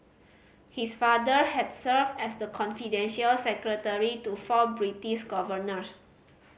his father had served as the confidential secretary to four British governors